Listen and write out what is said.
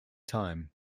time